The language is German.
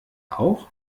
auch